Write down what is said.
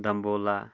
Dambulla